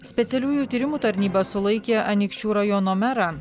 specialiųjų tyrimų tarnyba sulaikė anykščių rajono merą